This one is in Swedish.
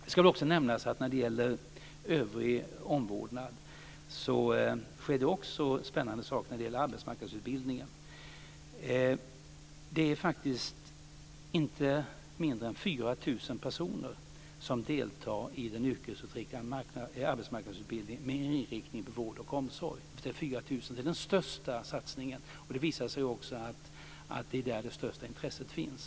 Det ska väl också nämnas att när det gäller övrig omvårdnad sker det också spännande saker inom arbetsmarknadsutbildningen. Det är faktiskt inte mindre än 4 000 personer som deltar i den yrkesinriktade arbetsmarknadsutbildningen med inriktning på vård och omsorg. Det är den största satsningen. Det visar sig också att det är där det största intresset finns.